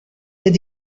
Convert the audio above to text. did